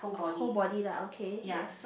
whole body lah okay yes